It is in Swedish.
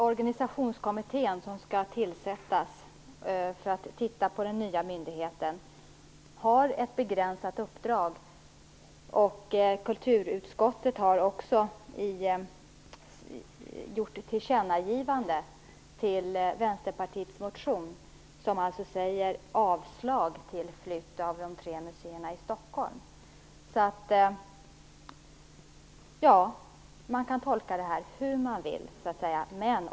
Organisationskommittén, som skall tillsättas för att titta på den nya myndigheten, har ett begränsat uppdrag, och kulturutskottet har också gjort ett tillkännagivande med anledning av Vänsterpartiets motion, som alltså vill att förslaget om en flytt av de tre museerna i Stockholm avslås. Man kan tolka det här hur man vill.